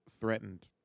threatened